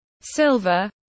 silver